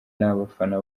n’abafana